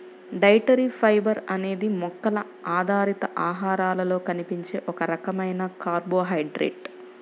dietary fibre అనేది మొక్కల ఆధారిత ఆహారాలలో కనిపించే ఒక రకమైన కార్బోహైడ్రేట్